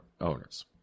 owners